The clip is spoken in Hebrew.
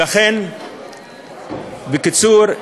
בקיצור,